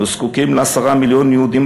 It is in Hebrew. אנו זקוקים ל-10 מיליון יהודים